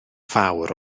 fawr